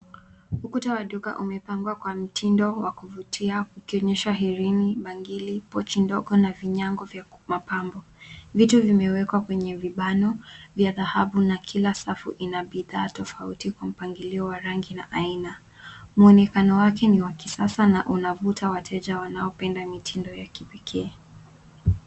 Ukuta wa duka umepangwa kwa mtindo wa kuvutia ukionyesha hirini, bangili, pochi ndogo, na vinyago vya mapambo. Vitu vimewekwa kwenye vibano vya dhahabu na kila safu ina bithaa tofauti kwa mpangilio wa rangi na aina. Mwonekano wake ni wa kisasa na unavuta wateja wanaopenda mitindo ya kipekee.